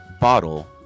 bottle